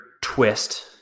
twist